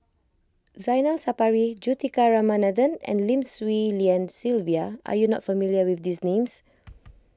Zainal Sapari Juthika Ramanathan and Lim Swee Lian Sylvia are you not familiar with these names